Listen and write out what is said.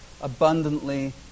abundantly